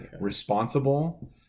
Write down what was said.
responsible